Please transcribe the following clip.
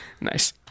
Nice